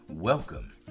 Welcome